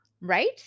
Right